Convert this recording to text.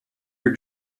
your